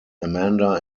amanda